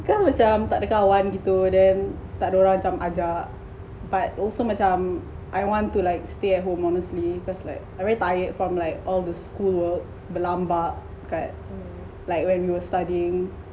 because macam takde kawan gitu then takde orang cam ajak but also macam I want to like stay at home honestly cause like I really tired from like all the school work berlambak kat like when you were studying